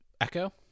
Echo